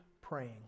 praying